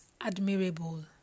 admirable